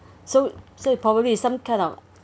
so so you probably some kind of